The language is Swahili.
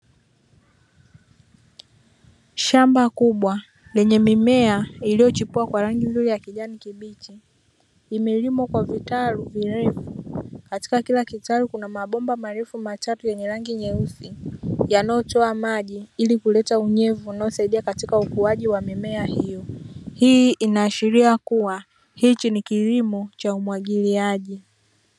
Shamba kubwa lenye mimea iliyochipua kwa rangi nzuri ya kijani kibichi, imelimwa kwa vitalu virefu, katika kila kitalu kuna mabomba marefu matatu yenye rangi nyeusi yanayotoa maji ili kuleta unyevu unaosaidia katika ukuaji wa mimea hiyo, hii inaashiria kuwa hiki ni kilimo cha umwagiliaji.